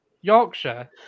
Yorkshire